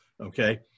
Okay